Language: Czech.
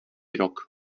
rok